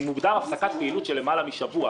מוגדר: הפסקת פעילות של יותר משבוע.